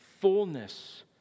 fullness